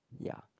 ya